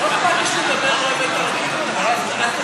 מה שאתה אומר אינו אמת.